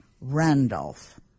Randolph